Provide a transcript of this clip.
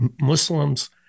muslims